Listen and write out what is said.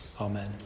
Amen